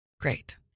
Great